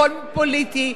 הכול פוליטי,